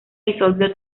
disolvió